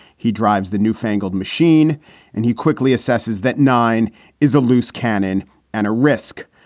he drives the new fangled machine and he quickly assesses that nine is a loose cannon and a risk.